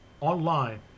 online